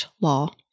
law